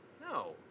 No